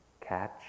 catch